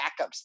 backups